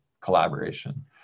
collaboration